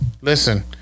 Listen